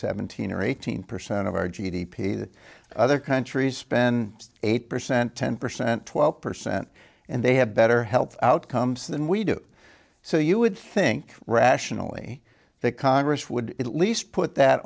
seventeen or eighteen percent of our g d p that other countries spend eight percent ten percent twelve percent and they have better health outcomes than we do so you would think rationally that congress would at least put that